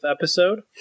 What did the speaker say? episode